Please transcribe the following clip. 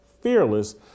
FEARLESS